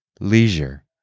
Leisure